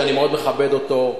שאני מאוד מכבד אותו,